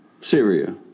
Syria